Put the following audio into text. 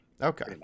Okay